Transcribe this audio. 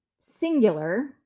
singular